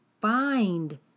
find